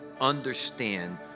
understand